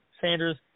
Sanders